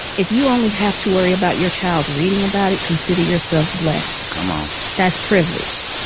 if you only have to worry about your child reading about it, consider yourself blessed come on that's privilege